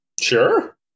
sure